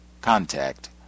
contact